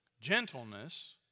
gentleness